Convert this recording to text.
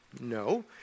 No